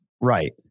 Right